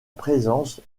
présence